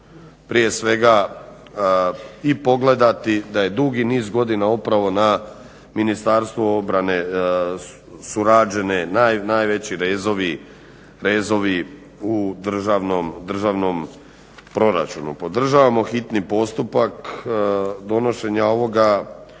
prije svega i pogledati da je dugi niz godina upravo na Ministarstvu obrane su rađeni najveći rezovi u državnom proračunu. Podržavamo hitni postupak donošenja ovoga